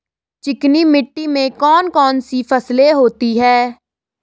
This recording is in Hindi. चिकनी मिट्टी में कौन कौन सी फसलें होती हैं?